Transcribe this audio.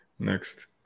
next